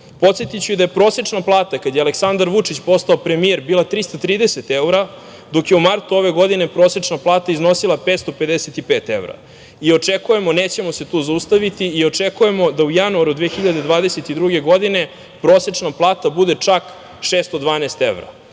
Podsetiću i da je prosečna plata, kada je Aleksandar Vučić postao premijer, bila 330 evra, dok je u martu ove godine prosečna plata iznosila 555 evra. Očekujemo, nećemo se tu zaustaviti, da u januaru 2022. godine prosečna plata bude čak 612 evra.